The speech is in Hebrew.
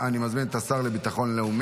אני קובע כי הצעת חוק הביטוח הלאומי